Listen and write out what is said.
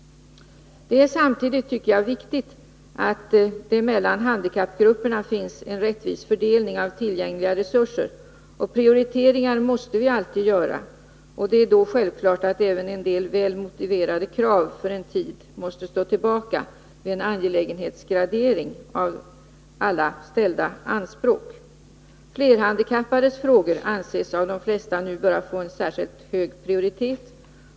Det är samtidigt, tycker jag, viktigt att det mellan handikappgrupperna finns en rättvis fördelning av tillgängliga resurser. Prioriteringar måste vi alltid göra, och det är då självklart att även en del väl motiverade krav för en tid måste stå tillbaka vid en angelägenhetsgradering av alla ställda anspråk. De allra flesta anser nu att flerhandikappades frågor bör få särskilt hög prioritet.